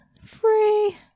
free